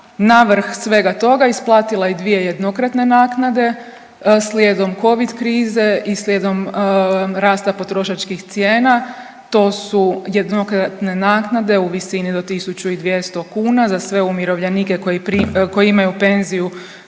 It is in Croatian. navrh svega toga isplatila i 2 jednokratne naknade, slijedom Covid krize i slijedom rasta potrošačkih cijena, to su jednokratne naknade u visini do 1200 kuna za sve umirovljenike koji imaju penziju